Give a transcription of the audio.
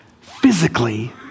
physically